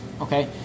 Okay